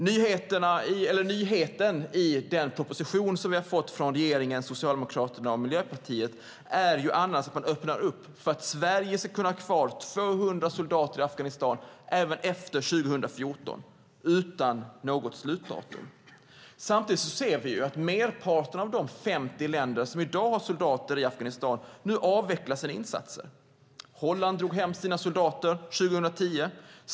Nyheten i den proposition som regeringen lagt fram tillsammans med Socialdemokraterna och Miljöpartiet är att man öppnar upp för att Sverige ska kunna ha kvar 200 soldater i Afghanistan även efter 2014, utan något slutdatum. Samtidigt ser vi att merparten av de 50 länder som i dag har soldater i Afghanistan avvecklar sina insatser. Holland tog hem sina soldater redan 2010.